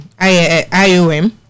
IOM